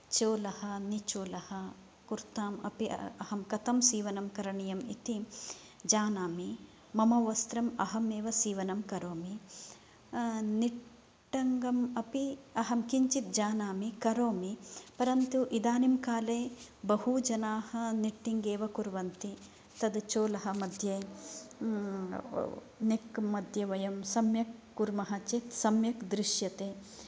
चोलः निचोलः कुर्ताम् अपि अहं कथं सीवनं करणीयम् इति जानामि मम वस्त्रम् अहम् एव सीवनं करोमि निट्टङ्गम् अपि अहं किञ्चित् जानामि करोमि परन्तु इदानीं काले बहु जनाः निट्टिङ्ग् एव कुर्वन्ति तत् चोलः मध्ये नेक् मध्ये वयं सम्यक् कुर्मः चेत् सम्यक् दृश्यते